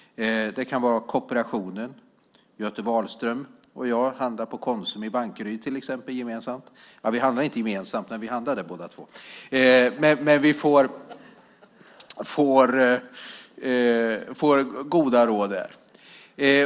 Det kan vara kooperationen. Göte Wahlström och jag handlar gemensamt på Konsum i Bankeryd - inte gemensamt, men vi handlar där båda två! Vi får goda råd där.